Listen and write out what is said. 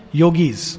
yogis